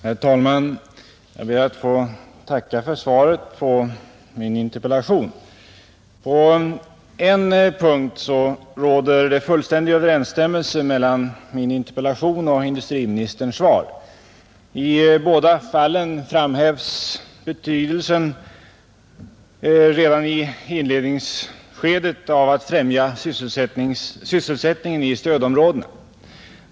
Herr talman! Jag ber att få tacka för svaret på min interpellation. På en punkt råder fullständig överensstämmelse mellan min interpellation och industriministerns svar, I båda fallen framhäves redan i inledningsskedet betydelsen av att främja sysselsät ningen i stödområdena.